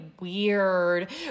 weird